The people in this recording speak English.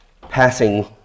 passing